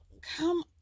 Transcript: come